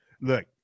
Look